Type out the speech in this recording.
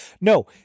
No